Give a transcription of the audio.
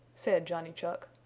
said johnny chuck,